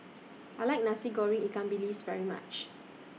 I like Nasi Goreng Ikan Bilis very much